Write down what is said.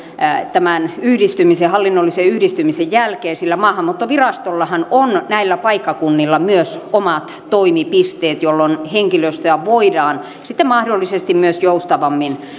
tämän hallinnollisen yhdistymisen jälkeen sillä maahanmuuttovirastollahan on näillä paikkakunnilla myös omat toimipisteet jolloin henkilöstöä voidaan sitten mahdollisesti myös joustavammin